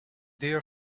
their